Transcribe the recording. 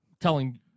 telling